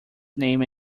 name